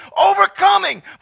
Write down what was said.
overcoming